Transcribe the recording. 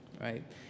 right